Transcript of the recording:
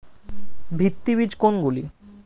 ভিত্তি বীজ কোনগুলি?